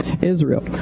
Israel